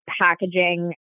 packaging